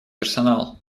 персонал